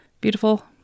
Beautiful